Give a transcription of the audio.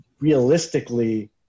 realistically